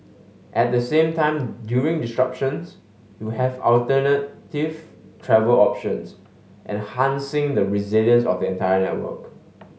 at the same time during disruptions you have alternative travel options enhancing the resilience of the entire network